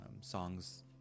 songs